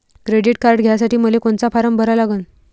Credit card घ्यासाठी मले कोनचा फारम भरा लागन?